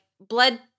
blood